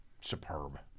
superb